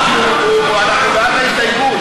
בגלל ההסתייגות,